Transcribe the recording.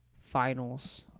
finals